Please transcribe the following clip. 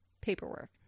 paperwork